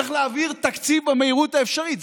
צריך להעביר תקציב במהירות האפשרית,